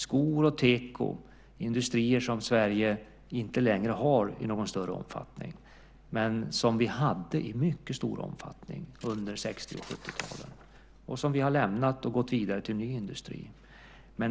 Sko och teko är industrier som Sverige inte längre har i någon större omfattning, men som vi hade i mycket stor omfattning under 60 och 70-talen och som vi har lämnat för att gå vidare till ny industri.